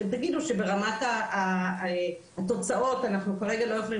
אתם תגידו שברמת התוצאות אנחנו כרגע לא יכולים